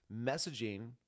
messaging